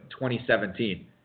2017